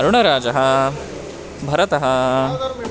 अरुणराजः भरतः